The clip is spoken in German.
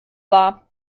wahr